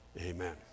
Amen